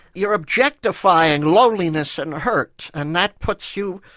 you're objectifying loneliness and hurt and that puts you,